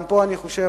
גם פה אני חושב,